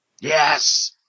Yes